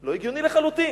לא הגיוני לחלוטין.